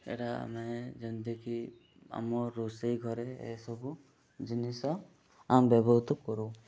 ଏଇଟା ଆମେ ଯେମିତିକି ଆମ ରୋଷେଇ ଘରେ ଏସବୁ ଜିନିଷ ଆମେ ବ୍ୟବହୃତ କରୁ